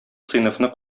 сыйныфны